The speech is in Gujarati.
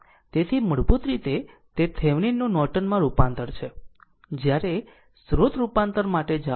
તેથી મૂળભૂત રીતે તે થેવેનિન નું નોર્ટન માં રૂપાંતર છે જ્યારે સ્રોત રૂપાંતર માટે જાઓ